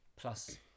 plus